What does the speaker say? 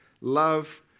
love